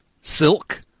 Silk